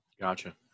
Gotcha